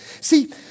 See